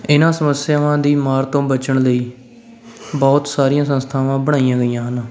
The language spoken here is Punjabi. ਇਹਨਾਂ ਸਮੱਸਿਆਵਾਂ ਦੀ ਮਾਰ ਤੋਂ ਬਚਣ ਲਈ ਬਹੁਤ ਸਾਰੀਆਂ ਸੰਸਥਾਵਾਂ ਬਣਾਈਆਂ ਗਈਆਂ ਹਨ